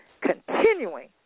continuing